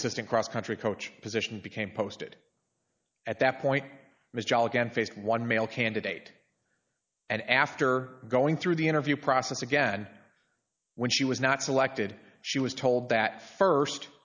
assistant cross country coach position became posted at that point mr face one male candidate and after going through the interview process again when she was not selected she was told that